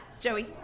joey